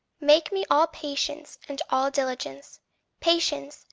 make me all patience and all diligence patience,